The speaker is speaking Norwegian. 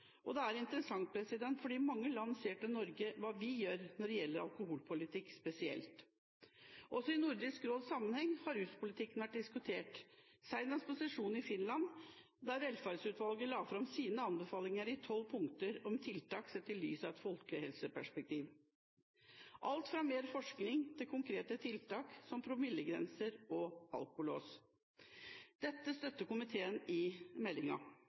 og det er interessant at mange land ser til Norge, og hva vi gjør, spesielt når det gjelder alkoholpolitikk. Også i Nordisk råd-sammenheng har ruspolitikken vært diskutert – senest på sesjonen i Finland – der Velferdsutvalget la fram sine anbefalinger om tiltak sett i lys av et folkehelseperspektiv i tolv punkter, alt fra mer forskning til konkrete tiltak som promillegrenser og alkolås. Komiteen støtter i meldingen at dette bør ses på i